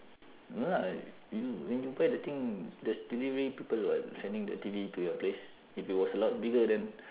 no lah you when you buy the thing there's T_V people [what] sending the T_V to your place if it was a lot bigger then